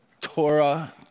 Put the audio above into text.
Torah